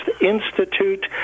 Institute